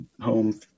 home